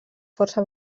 força